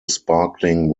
sparkling